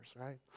right